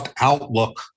Outlook